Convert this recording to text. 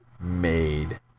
made